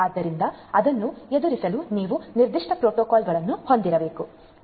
ಆದ್ದರಿಂದ ಅದನ್ನು ಎದುರಿಸಲು ನೀವು ನಿರ್ದಿಷ್ಟ ಪ್ರೋಟೋಕಾಲ್ಗಳನ್ನು ಹೊಂದಿರಬೇಕು